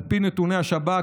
על פי נתוני השב"כ,